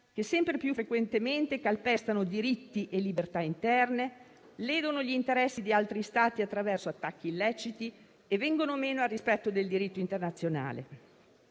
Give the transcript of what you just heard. che sempre più frequentemente calpestano diritti e libertà interne, ledono gli interessi di altri Stati attraverso attacchi illeciti e vengono meno al rispetto del diritto internazionale.